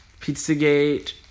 Pizzagate